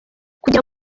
kugira